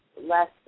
less